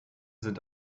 sind